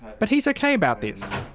but he's okay about this.